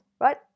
right